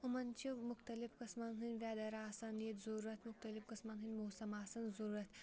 یِمَن چھِ مُختلِف قٕسمَن ہٕنٛدۍ ویدَر آسان ییٚتہِ ضوٚرَتھ مُختلِف قٕسمَن ہٕنٛدۍ موسَم آسان ضوٚرَتھ